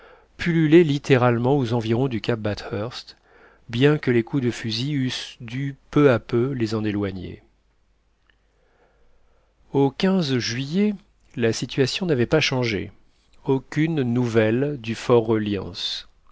pullulaient littéralement aux environs du cap bathurst bien que les coups de fusil eussent dû peu à peu les en éloigner au juillet la situation n'avait pas changé aucune nouvelle